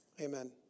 Amen